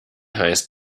heißt